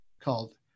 called